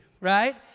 Right